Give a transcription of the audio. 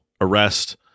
arrest